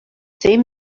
same